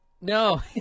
No